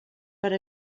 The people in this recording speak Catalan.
però